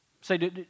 Say